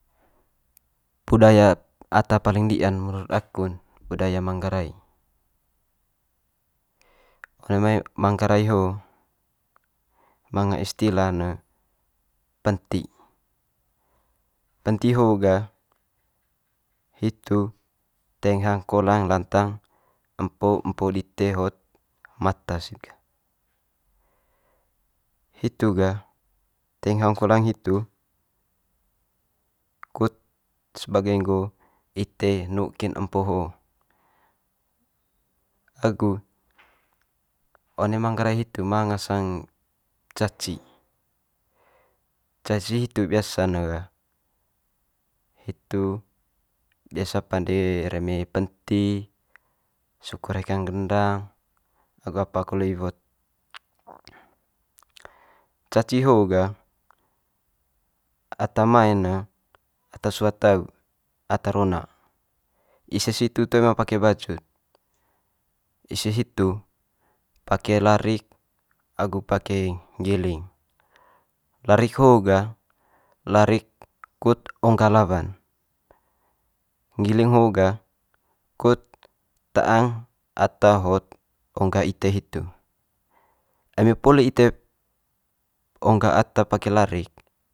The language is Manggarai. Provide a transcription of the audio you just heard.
Budaya ata paling dia'n menurut aku'n budaya manggarai. One mai manggarai ho manga istila ne penti, penti ho ga teing hang kolang latang empo empo dite hot mata sid ga. Hitu gah teing hang kolang hitu kut sebagai nggo ite nuk kin empo ho agu one manggarai itu manga ngasang ne caci. Caci hitu bisa'n ne ga hitu biasa pande reme penti, syukur hekang gendang agu apa kole iwo'd. Caci ho ga ata mae'n ne ata sua tau ata rona, ise situ toe ma pake baju'd, ise situ pake larik agu pake nggiling. Larik ho ga larik kut ongga lawan, nggiling ho ga kut ta'ang ata hot ongga ite hitu. Eme poli ite ongga ata pake larik.